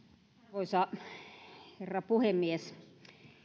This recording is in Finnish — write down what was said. arvoisa herra puhemies